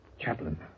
Chaplain